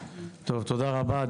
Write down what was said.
תודה רבה.